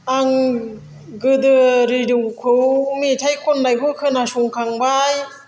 आं गोदो रेडिय'खौ मेथाइ खननायखौ खोनासंखांबाय